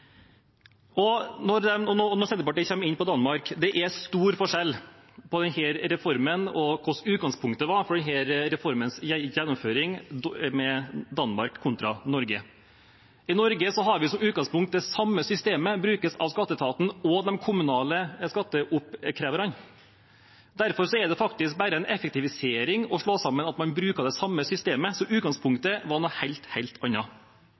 Og når Senterpartiet kommer inn på Danmark: Det er stor forskjell på hva som var utgangspunktet for denne reformens gjennomføring i Danmark kontra i Norge. I Norge har vi som utgangspunkt at det samme systemet brukes av skatteetaten og de kommunale skatteoppkreverne. Derfor er det faktisk bare en effektivisering å slå sammen siden man bruker det samme systemet. Så